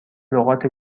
لغات